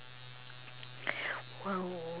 !wow!